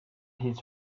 his